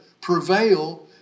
prevail